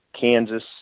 kansas